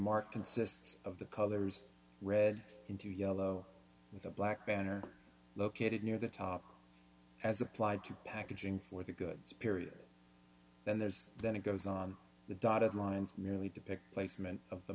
mark consists of the colors red into yellow with a black banner located near the top as applied to packaging for the goods period then there's then it goes on the dotted lines merely to pick placement of the